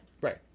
Right